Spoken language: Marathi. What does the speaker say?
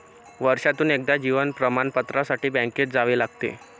वर्षातून एकदा जीवन प्रमाणपत्रासाठी बँकेत जावे लागते